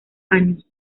años